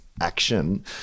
action